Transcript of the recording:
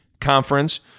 conference